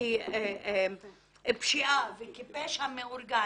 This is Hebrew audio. כפשיעה וכפשע מאורגן